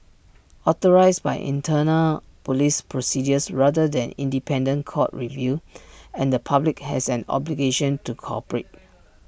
authorised by internal Police procedures rather than independent court review and the public has an obligation to cooperate